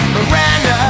Miranda